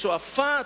לשועפאט,